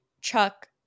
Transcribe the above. Chuck